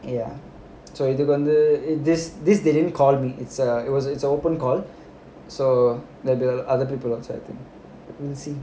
ya so இது வந்து:idhu vanthu this they didn't call me it's err an open call so the other people also